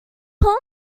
pull